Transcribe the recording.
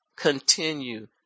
Continue